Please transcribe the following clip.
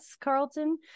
Carlton